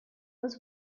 was